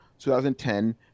2010